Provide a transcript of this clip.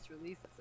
releases